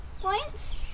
points